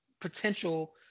potential